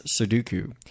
Sudoku